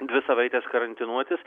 dvi savaites karantinuotis